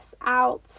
out